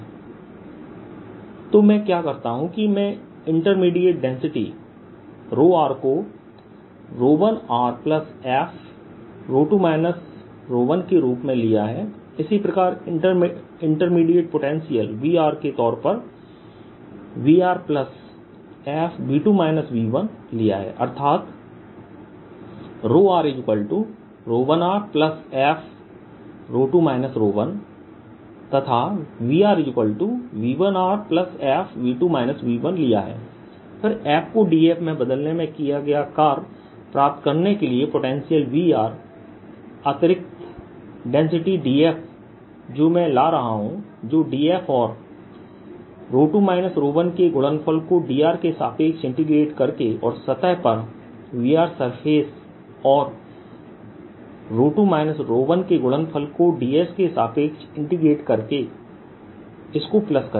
W214π0122rV2rdV122rV2surfacerds तो मैं क्या करता हूं कि मैंने इंटरमीडिएट डेंसिटी r को 1rf2 1 के रूप में लिया है इसी प्रकार इंटरमीडिएट पोटेंशियल Vr के तौर पर V1rfV2 V1 लिया है अर्थात r1rf2 1 तथा VrV1rfV2 V1 लिया है फिर f को df से बदलने में किया गया कार्य प्राप्त करने के लिए पोटेंशियल Vr अतिरिक्त डेंसिटी df जो मैं ला रहा हूँ जो df और 2 1 के गुणनफल को dr के सापेक्ष इंटीग्रेट करेंगे और सतह पर Vsurface और 2 1 के गुणनफल को ds के सापेक्ष इंटीग्रेट करके इसको प्लस करेंगे